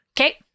Okay